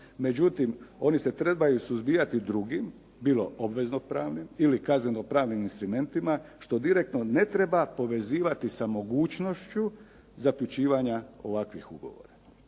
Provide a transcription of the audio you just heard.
Međutim, oni se trebaju suzbijati drugim, bilo obvezno-pravnim ili kazneno-pravnim instrumentima, što direktno ne treba povezivati sa mogućnošću zaključivanja ovakvih ugovora.